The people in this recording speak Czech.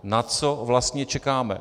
Na co vlastně čekáme?